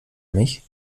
mich